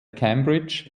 cambridge